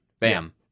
bam